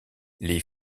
les